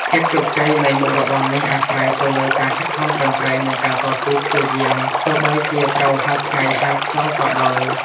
ភាពជោគជ័យនៃមុខរបរនេះអាស្រ័យទៅលើការខិតខំប្រឹងប្រែង និងការតស៊ូព្យាយាមទោះបីជាត្រូវហាលថ្ងៃហាលខ្យល់ក៏ដោយ។